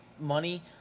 money